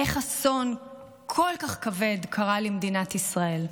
איך אסון כל כך כבד קרה למדינת ישראל.